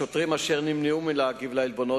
השוטרים נמנעו מלהגיב על העלבונות